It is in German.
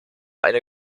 eine